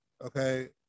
okay